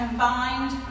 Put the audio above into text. Combined